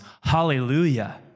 hallelujah